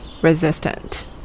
resistant